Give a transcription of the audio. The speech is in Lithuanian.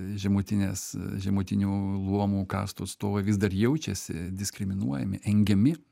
žemutinės žemutinių luomų kastų atstovai vis dar jaučiasi diskriminuojami engiami